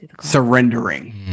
surrendering